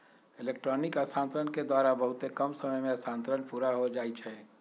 electronic स्थानान्तरण के द्वारा बहुते कम समय में स्थानान्तरण पुरा हो जाइ छइ